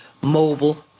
mobile